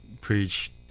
preach